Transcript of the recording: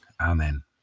Amen